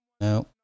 no